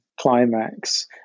Climax